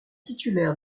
titulaire